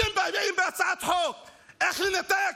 אתה מעבירים הצעת חוק איך לנתק.